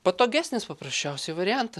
patogesnis paprasčiausiai variantas